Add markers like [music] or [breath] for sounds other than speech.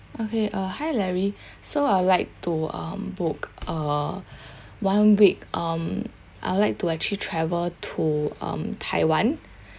okay uh hi larry [breath] so I would like to um book uh [breath] one week um I would like to actually travel to um taiwan